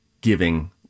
giving